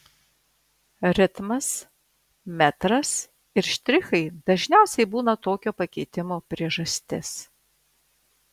ritmas metras ir štrichai dažniausiai būna tokio pakeitimo priežastis